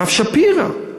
הרב שפירא,